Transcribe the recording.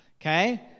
Okay